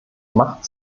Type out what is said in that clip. macht